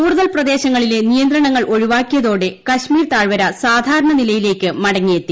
കൂടുതൽ പ്രദേശങ്ങളിലെ നിയന്ത്രണങ്ങൾ ഒഴിവാക്കിയതോടെ കാശ്മീർ താഴ്വര സാധാരണ നിലയിലേക്ക് മടങ്ങിയെത്തി